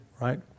Right